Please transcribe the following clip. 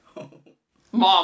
Mom